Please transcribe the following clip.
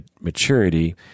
maturity